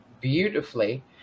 beautifully